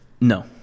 No